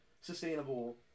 sustainable